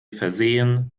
versehen